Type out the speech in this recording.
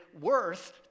worth